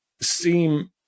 seem